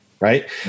Right